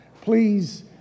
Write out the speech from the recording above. please